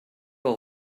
all